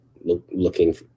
looking